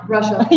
Russia